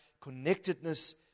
connectedness